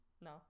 No